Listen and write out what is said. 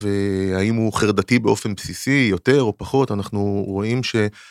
והאם הוא חרדתי באופן בסיסי יותר או פחות אנחנו רואים ש.